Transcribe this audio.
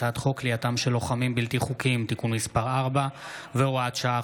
הצעת חוק כליאתם של לוחמים בלתי חוקיים (תיקון מס' 4 והוראת שעה,